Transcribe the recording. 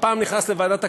שפעם נכנס לוועדת הכספים,